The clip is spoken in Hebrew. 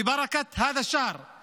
וזאת בברכת החודש הזה,